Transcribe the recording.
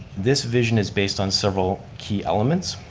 this vision is based on several key elements.